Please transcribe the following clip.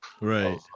right